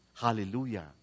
hallelujah